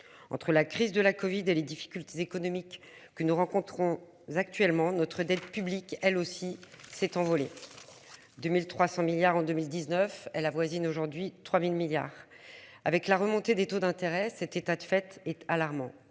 Entre la crise de la Covid et les difficultés économiques que nous rencontrons actuellement notre dette publique elle aussi cette envolée. De 1300 milliards en 2019. Elle avoisine aujourd'hui 3000 milliards avec la remontée des taux d'intérêt cet état de fait est alarmant.